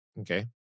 okay